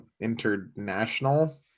International